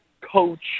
coach